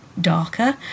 darker